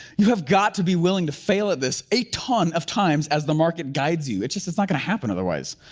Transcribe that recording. you have got to be willing to fail at this a ton of times as the market guides you, it's just, it's not gonna happen other wise.